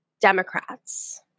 Democrats